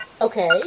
Okay